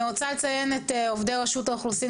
אני רוצה לציין את עובדי רשות האוכלוסין